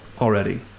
Already